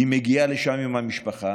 היא מגיעה לשם עם המשפחה,